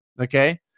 okay